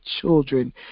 children